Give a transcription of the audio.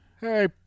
Hey